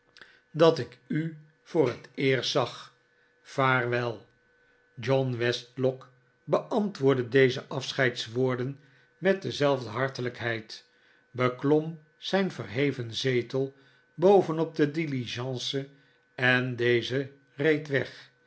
dat ik u voor het eerst zag vaarwel john westlock beantwoordde deze afscheidswoorden met dezelfde hartelijkheid beklom zijn verheven zetel bovenop de diligence en deze reed weg